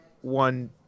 one